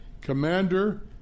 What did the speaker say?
commander